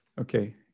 Okay